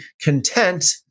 content